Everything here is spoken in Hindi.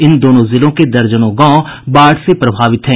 इन दोनों जिलों के दर्जनों गांव बाढ़ से प्रभावित हैं